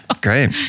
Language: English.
great